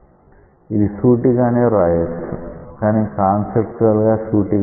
ఇది సూటిగానే వ్రాయొచ్చు కానీ కాన్సెప్టువల్ గా సూటిగా వ్రాయలేం